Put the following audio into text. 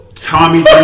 Tommy